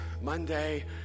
Monday